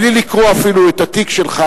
בלי לקרוא אפילו את התיק שלך,